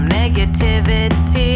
negativity